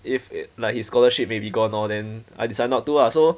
if it like his scholarship may be gone lor then I decided not to ah so